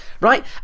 right